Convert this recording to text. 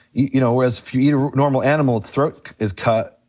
you know, whereas if you eat a normal animal its throat is cut,